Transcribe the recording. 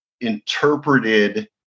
interpreted